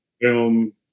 film